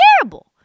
terrible